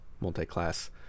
multi-class